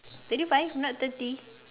thirty five not thirty